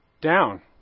down